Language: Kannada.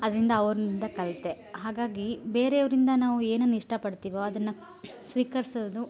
ಅದರಿಂದ ಅವರಿಂದ ಕಲ್ತೆ ಹಾಗಾಗಿ ಬೇರೆಯವರಿಂದ ನಾವು ಏನನು ಇಷ್ಟ ಪಡ್ತಿವೋ ಅದನ್ನ ಸ್ವೀಕರ್ಸೋದು